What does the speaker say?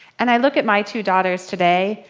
and i look at my two daughters today,